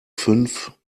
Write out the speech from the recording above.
fünf